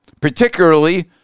particularly